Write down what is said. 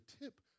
tip